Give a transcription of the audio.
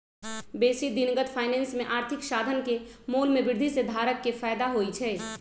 बेशी दिनगत फाइनेंस में आर्थिक साधन के मोल में वृद्धि से धारक के फयदा होइ छइ